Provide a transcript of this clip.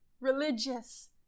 religious